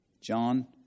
John